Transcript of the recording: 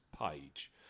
page